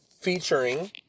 featuring